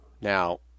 Now